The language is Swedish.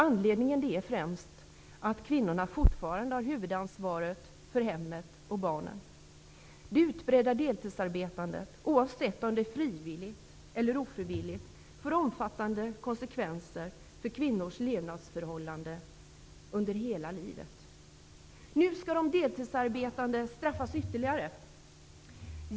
Anledningen är främst att kvinnorna fortfarande har huvudansvaret för hemmet och barnen. Det utbredda deltidsarbetandet, oavsett om det är frivilligt eller ofrivilligt, får omfattande konsekvenser för kvinnors levnadsförhållanden under hela livet. Nu skall de deltidsarbetande straffas ytterligare.